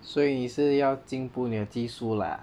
所以你是要进步你的技术 lah